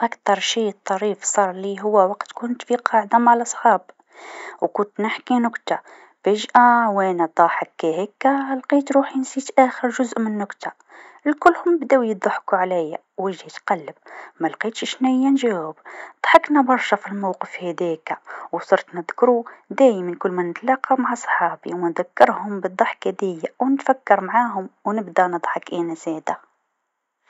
أكثر شيء طريف صار لي هو وقت كنت فيه قاعده مع لصحاب و كنت نحكي نكتة، فجأ و أنا ضحكا هيكا لقيت روحي نسيت آخر جزء من النكته، كلهم بداو يضحكوا عليا وجهي تقلب ما لقيتش شناها نجاوب، ضحكنا برشا في الموقف هذاك و صرت نذكروا دايما كل ما نتلاقى مع صحابي و نذكرهم بضحكه ديا و نتفكر معاهم و نبدأ نضحك أنا زادا.